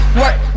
work